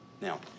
Now